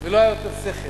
ולא היה יותר סכר.